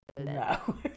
no